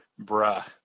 Bruh